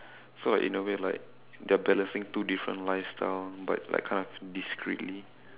so like in a way like they're balancing two different lifestyle but like kind of discreetly